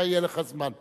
אתה, יהיה לך זמן.